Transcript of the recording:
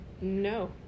No